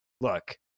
Look